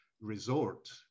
resort